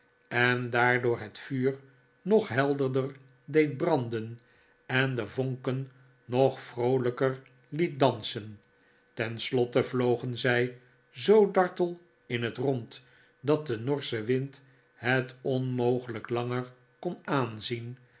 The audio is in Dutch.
en daardoor het vuur nog helderder deed branden en de vonken nog vroolijker liet dansen tenslotte vlogen zij zoo dartel in het rond dat de norsche wind het onmogelijk langer kon aanzien